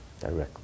directly